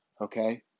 okay